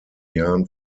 jahren